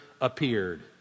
appeared